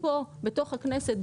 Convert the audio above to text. פה בתוך הכנסת,